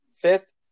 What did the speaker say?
fifth